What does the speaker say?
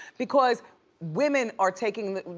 because women are taking the,